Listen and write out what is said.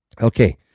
Okay